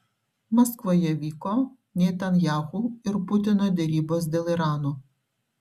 maskvoje vyko netanyahu ir putino derybos dėl irano